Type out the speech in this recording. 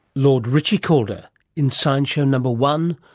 lord ritchie-calder in science show number one,